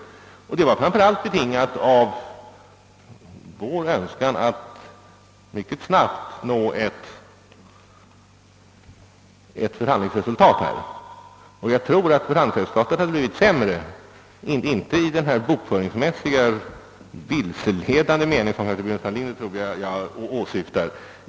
Detta betingades framför allt av vår önskan att mycket snabbt nå ett förhandlingsresultat, och jag tror att förhandlingsresultatet därmed blev bättre — dock inte i den bokföringsmässigt vilseledande mening som herr Burenstam Linder tror jag åsyftar.